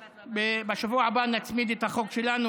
בשבוע הבא נציג את החוק שלנו,